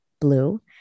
blue